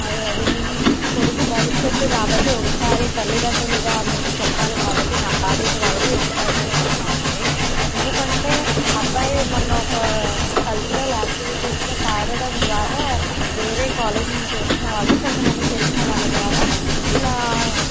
అదే అదే మీ కొడుకు భవిష్యత్తు కాబట్టి ఒకసారి తల్లిదండ్రులుగా మీకు చెప్పాలి కాబట్టి నా బాధ్యత కాబట్టి ఒకసారి చెప్తున్నాను అండి ఎందుకంటే అబ్బాయి మొన్న ఒక కల్చరల్ యాక్టివిటీస్లో పాడడం ద్వారా వేరే కాలేజ్ నుంచి వచ్చిన వాళ్ళు కొంతమంది తెలిసిన వాళ్ళ ద్వారా ఇట్లా